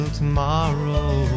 tomorrow